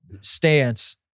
stance